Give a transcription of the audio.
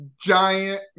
giant